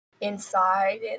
inside